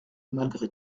malgré